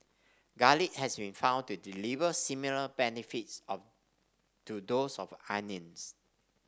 garlic has been found to deliver similar benefits of to those of onions